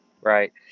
Right